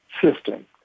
system